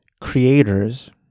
creators